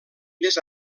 més